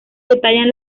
detallan